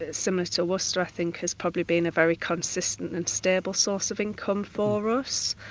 ah similar to worcester i think, has probably been a very consistent and stable source of income for us.